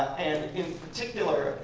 and in particular,